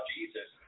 Jesus